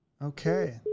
Okay